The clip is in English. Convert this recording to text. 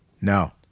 No